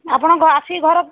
ଆପଣ ଆସିକି ଘର